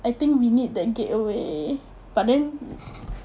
I think we need that getaway but then